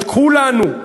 את כולנו,